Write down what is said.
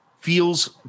feels